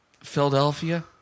Philadelphia